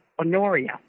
Honoria